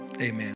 amen